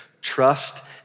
trust